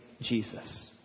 Jesus